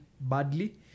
badly